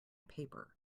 paper